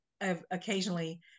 Occasionally